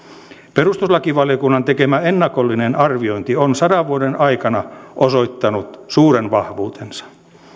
perustuslakivaliokunnan tekemä ennakollinen arviointi on sadan vuoden aikana osoittanut suuren vahvuutensa